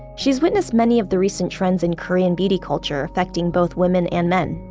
she's witnessed many of the recent trends in korean beauty culture affecting both women and men.